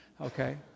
Okay